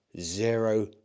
zero